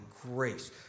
grace